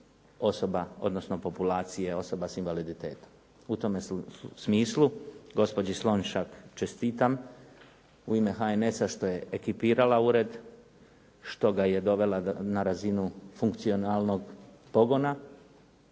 osoba odnosno populacije osoba s invaliditetom. U tome smislu gospođi Slonjšak čestitam u ime HNS-a što je ekipirala ured, što ga je dovela na razinu funkcionalnog pogona